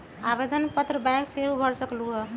आवेदन पत्र बैंक सेहु भर सकलु ह?